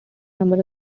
number